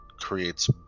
creates